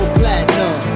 platinum